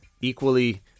equally